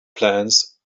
plants